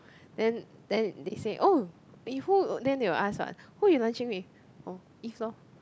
then then they say oh with who then they will what who you lunching with oh Eve loh